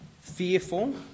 fearful